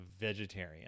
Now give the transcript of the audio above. vegetarian